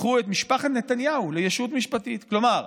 הפכו את משפחת נתניהו לישות משפטית, כלומר,